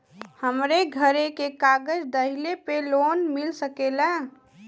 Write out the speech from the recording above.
हमरे घरे के कागज दहिले पे लोन मिल सकेला?